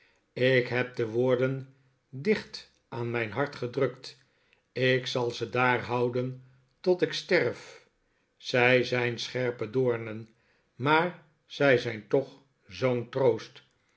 ik heb de woorden dicht aan mijn hart gedrukt ik zal ze daar houden tot ik sterf zij zijn scherpe doornen maar zij zijn toch zoo'n troost